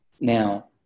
now